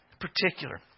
particular